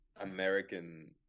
American